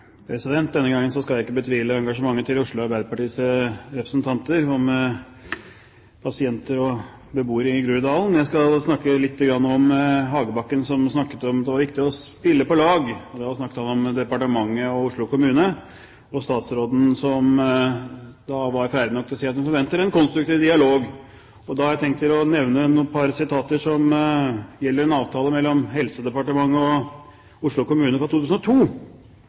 Denne gangen skal jeg ikke betvile engasjementet til Oslo Arbeiderpartis representanter for pasienter og beboere i Groruddalen, men jeg skal si litt om Hagebakken, som snakket om at det var viktig å spille «på lag» – og da snakket han om departementet og Oslo kommune – og om statsråden som da var freidig nok til å si at hun forventer en «konstruktiv dialog». Jeg har tenkt å komme med et par sitater som gjelder en avtale mellom Helsedepartementet og Oslo kommune fra 2002